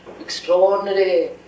extraordinary